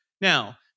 Now